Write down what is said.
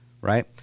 right